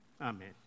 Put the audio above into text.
Amen